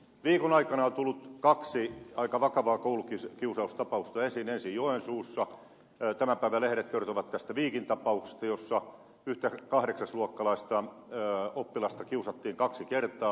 viikon aikana on tullut kaksi aika vakavaa koulukiusaustapausta esiin ensin joensuussa ja tämän päivän lehdet kertovat tästä viikin tapauksesta jossa yhtä kahdeksasluokkalaista oppilasta kiusattiin kaksi kertaa